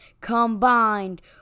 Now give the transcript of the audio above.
combined